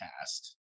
cast